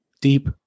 Deep